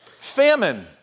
Famine